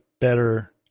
better